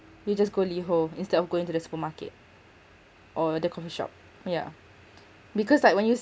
you just go liho instead of going to the supermarket or the coffee shop yeah because like when you